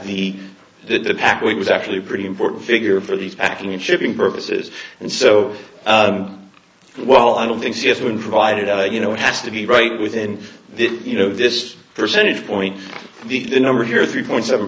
pac was actually pretty important figure for these packing and shipping purposes and so while i don't think she has been provided i you know it has to be right within you know this percentage point the number here three point seven